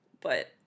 But-